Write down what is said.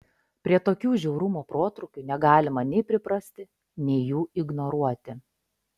prie tokių žiaurumo protrūkių negalima nei priprasti nei jų ignoruoti